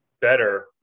better